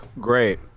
great